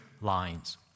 lines